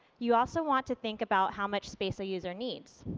you also want to think about how much space a user needs.